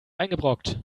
eingebrockt